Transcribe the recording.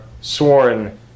sworn